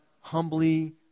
humbly